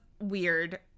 weird